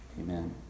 Amen